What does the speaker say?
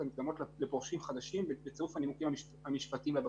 המקדמות לפורשים חדשים בצירוף הנימוקים המשפטיים לבקשה.